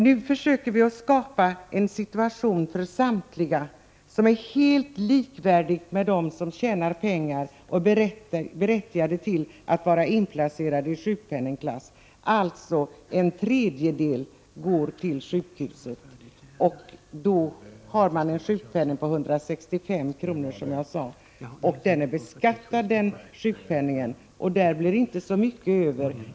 Nu försöker vi skapa en situation för samtliga som är helt likvärdig med situationen för dem som tjänar pengar och är berättigade till att vara inplacerade i sjukpenningklass, dvs. en tredjedel går till sjukhuset. Har man en sjukpenning på 165 kr. — den är beskattad — så blir det inte mycket över.